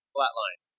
Flatline